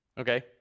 Okay